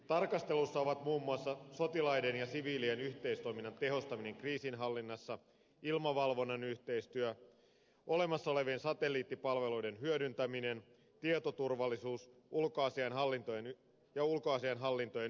tarkastelussa ovat muun muassa sotilaiden ja siviilien yhteistoiminnan tehostaminen kriisinhallinnassa ilmavalvonnan yhteistyö olemassa olevien satelliittipalveluiden hyödyntäminen tietoturvallisuus ja ulkoasiainhallintojen yhteistyö